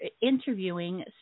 interviewing